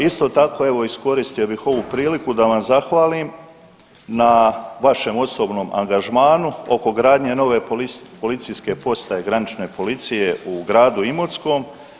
Isto tako, evo, iskoristio bih ovu priliku da vam zahvalim na vašem osobnom angažmanu oko gradnje nove policijske postaje granične policije u gradu Imotskom.